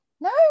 No